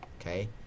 Okay